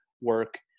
work